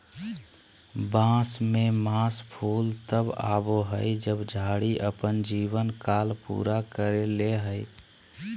बांस में मास फूल तब आबो हइ जब झाड़ी अपन जीवन काल पूरा कर ले हइ